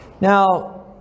Now